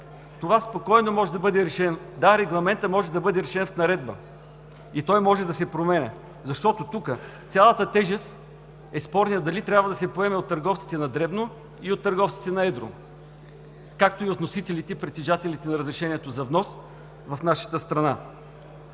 Това спокойно може да бъде решено в наредба, регламентът може да бъде въведен с наредба и това да може да се променя, защото тук цялата тежест е спорна дали трябва да се поеме от търговците на дребно и от търговците на едро, както и от вносителите, притежателите на разрешението за внос в нашата страна.